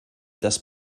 dass